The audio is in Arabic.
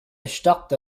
اشتقت